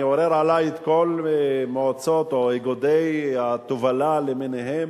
אני אעורר עלי את כל מועצות או איגודי התובלה למיניהם,